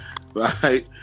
right